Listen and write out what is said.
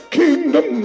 kingdom